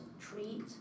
treat